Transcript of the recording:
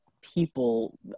people